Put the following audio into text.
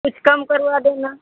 कुछ कम करवा देना